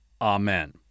Amen